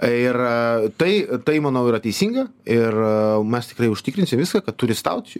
ir tai tai manau yra teisinga ir mes tikrai užtikrinsim viską kad turistaut